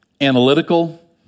analytical